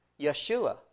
Yeshua